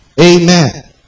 Amen